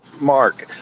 Mark